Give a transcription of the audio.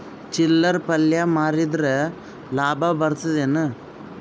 ಚಿಲ್ಲರ್ ಪಲ್ಯ ಮಾರಿದ್ರ ಲಾಭ ಬರತದ ಏನು?